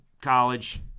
college